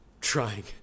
trying